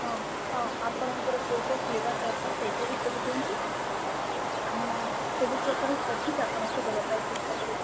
ହଁ ହଁ ଆପଣଙ୍କର କୋଉ କୋଉ ଫ୍ଳେବର୍ ଦରକାର ସେଇଟା ବି କହିଦିଅନ୍ତୁ ଆମେ ସବୁ ପ୍ରକାରର ସର୍ଭିସ୍ ଆପଣଙ୍କୁ ଦେବା ପାଇଁ ଚେଷ୍ଟା କରିବୁ